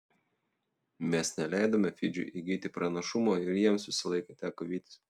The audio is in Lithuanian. mes neleidome fidžiui įgyti pranašumo ir jiems visą laiką teko vytis